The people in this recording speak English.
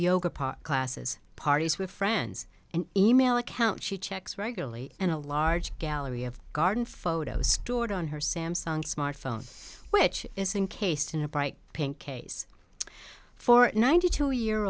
yoga classes parties with friends and email account she checks regularly and a large gallery of garden photos stored on her samsung smartphone which is incased in a bright pink case for ninety two year